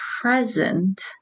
present